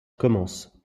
commence